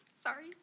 Sorry